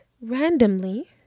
randomly